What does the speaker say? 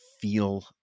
feel